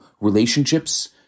relationships